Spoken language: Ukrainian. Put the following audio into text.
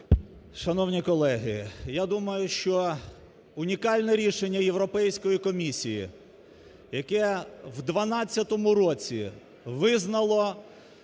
Шановні колеги, я думаю, що унікальне рішення Європейської комісії, яке в 2012 році визнало